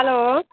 hello